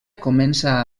comença